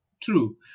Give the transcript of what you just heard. True